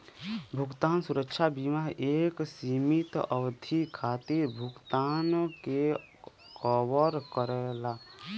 भुगतान सुरक्षा बीमा एक सीमित अवधि खातिर भुगतान के कवर करला